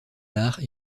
arts